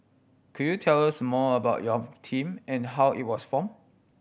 could you tell us more about your team and how it was form